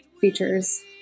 Features